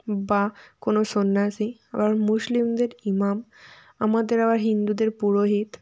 বা কোনও সন্ন্যাসী আবার মুসলিমদের ইমাম আমাদের আবার হিন্দুদের পুরোহিত